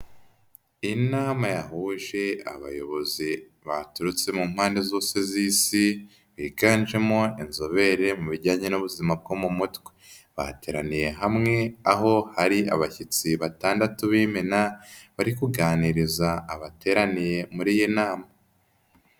Inama yahuje abayobozi baturutse mu mpande zose z'isi yiganjemo inzobere mu bijyanye n'ubuzima bwo mu mutwe, bateraniye hamwe aho hari abashyitsi batandatu b'imena bari kuganiriza abateraniye muri iyi nama.